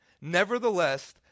Nevertheless